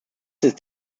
sitzt